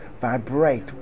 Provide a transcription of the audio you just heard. vibrate